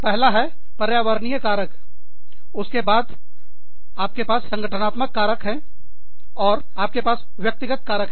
पहला है पर्यावरणीय कारक उसके बाद आपके पास संगठनात्मक कारक और आपके पास व्यक्तिगत कारक है